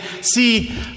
see